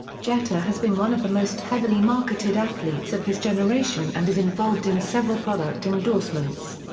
jeter has been one of the most heavily marketed athletes of his generation and is involved in several product endorsements.